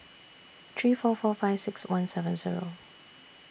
three four four five six one seven Zero